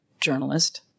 journalist